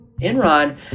Enron